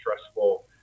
stressful